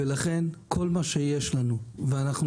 לכן אנחנו יכולים,